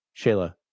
shayla